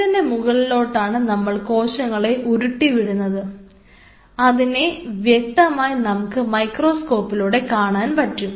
ഇതിൻറെ മുകളിലോട്ടാണ് നമ്മൾ കോശങ്ങളെ ഉരുട്ടി വിടുന്നത് അതിനെ വ്യക്തമായി നമുക്ക് മൈക്രോസ്കോപ്പിലൂടെ കാണാൻ പറ്റും